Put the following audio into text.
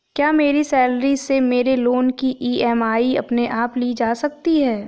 क्या मेरी सैलरी से मेरे लोंन की ई.एम.आई अपने आप ली जा सकती है?